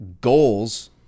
goals